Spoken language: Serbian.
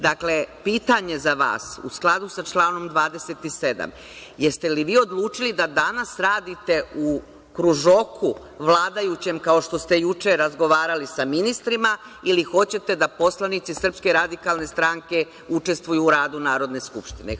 Dakle, pitanje za vas u skladu sa članom 27. – jeste li vi odlučili da danas radite u kružoku vladajućem kao što ste juče razgovarali sa ministrima ili hoćete da poslanici SRS učestvuju u radu Narodne skupštine?